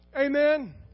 Amen